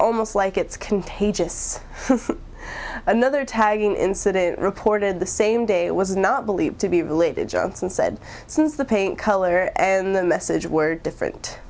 almost like it's contagious another tagging incident reported the same day was not believed to be related johnson said since the paint color and the message were different